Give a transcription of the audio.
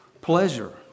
pleasure